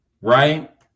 right